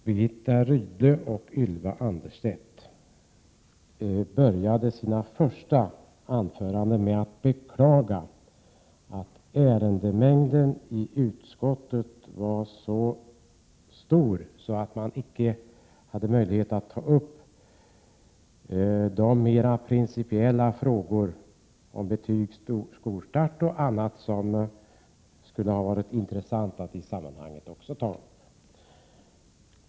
Birgitta Rydle och Ylva Annerstedt började sina anföranden med att beklaga att ärendemängden i utskottet var så stor att man inte hade möjlighet att ta upp de mer principiella frågorna om betyg, skolstart och annat som det skulle ha varit intressant att ta upp i sammanhanget.